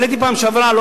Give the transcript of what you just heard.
כשהעליתי זאת בפעם שעברה,